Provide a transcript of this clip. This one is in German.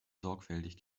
sorgfältig